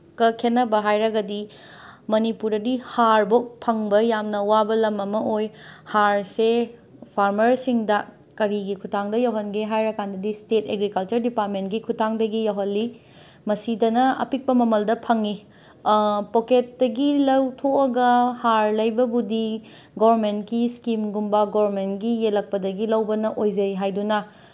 ꯀ ꯈꯦꯠꯅꯕ ꯍꯥꯏꯔꯒꯗꯤ ꯃꯅꯤꯄꯨꯔꯗꯗꯤ ꯍꯥꯔ ꯕꯥꯎ ꯐꯪꯕ ꯌꯥꯝꯅ ꯋꯥꯕ ꯂꯝ ꯑꯃ ꯑꯣꯏ ꯍꯥꯔꯁꯦ ꯐꯥꯔꯃꯔꯁꯤꯡꯗ ꯀꯔꯤꯒꯤ ꯈꯨꯠꯊꯥꯡꯗ ꯌꯧꯍꯟꯒꯦ ꯍꯥꯏꯔꯀꯥꯟꯗꯗꯤ ꯏꯁꯇꯦꯠ ꯑꯦꯒ꯭ꯔꯤꯀꯜꯆꯔ ꯗꯤꯄꯥꯔꯠꯃꯦꯟꯒꯤ ꯈꯨꯠꯊꯥꯡꯗꯒꯤ ꯌꯧꯍꯜꯂꯤ ꯃꯁꯤꯗꯅ ꯑꯄꯤꯛꯄ ꯃꯃꯜꯗ ꯐꯪꯉꯤ ꯄꯣꯀꯦꯠꯇꯒꯤ ꯂꯧꯊꯣꯛꯑꯒ ꯍꯥꯔ ꯂꯩꯕꯕꯨꯗꯤ ꯒꯣꯔꯃꯦꯟꯒꯤ ꯏꯁꯀꯤꯝꯒꯨꯝꯕ ꯒꯣꯔꯃꯦꯟꯒꯤ ꯌꯦꯜꯂꯛꯄꯗꯒꯤ ꯂꯧꯕꯅ ꯑꯣꯏꯖꯩ ꯍꯥꯏꯗꯨꯅ